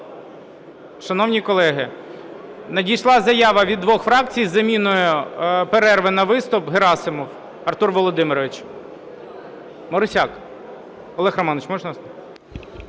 Шановні колеги, надійшла заява від двох фракцій з заміною перерви на виступ. Герасимов Артур Володимирович. 10:11:32 ГЕРАСИМОВ